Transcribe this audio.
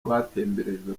batemberejwe